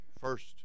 First